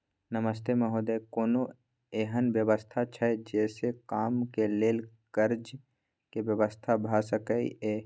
नमस्ते महोदय, कोनो एहन व्यवस्था छै जे से कम के लेल कर्ज के व्यवस्था भ सके ये?